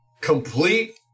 complete